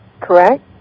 Correct